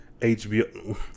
hbo